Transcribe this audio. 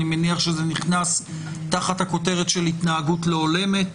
אני מניח שזה נכנס תחת הכותרת של "התנהגות לא הולמת".